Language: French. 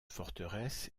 forteresse